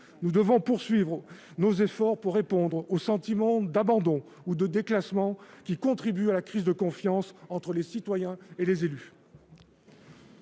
Nous devons poursuivre nos efforts pour répondre au sentiment d'abandon ou de déclassement, qui contribue à la crise de confiance entre les citoyens et les élus.